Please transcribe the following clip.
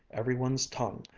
every one's tongue,